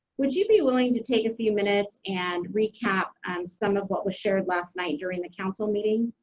would you be willing to take a few minutes and recap um some of what was shared last night during the council meeting?